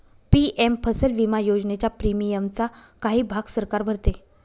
PM फसल विमा योजनेच्या प्रीमियमचा काही भाग सरकार भरते